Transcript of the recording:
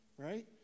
Right